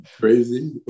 crazy